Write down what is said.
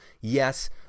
Yes